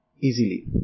Easily